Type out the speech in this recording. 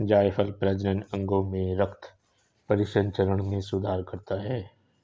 जायफल प्रजनन अंगों में रक्त परिसंचरण में सुधार करता है